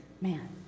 Man